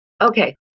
Okay